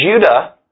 Judah